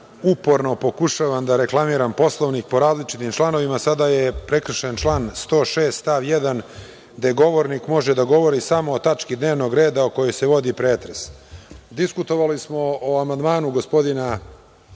uporno pokušavam da reklamiram Poslovnik po različitim članovima. Sada je prekršen član 106. stav 1. gde govornik može da govori samo o tački dnevnog reda o kojoj se vodi pretres. Diskutovali smo o amandmanu gospodina